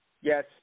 Yes